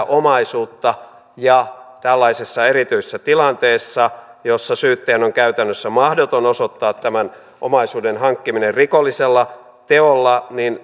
omaisuutta tällaisessa erityisessä tilanteessa jossa syyttäjän on käytännössä mahdotonta osoittaa tämä omaisuuden hankkiminen rikollisella teolla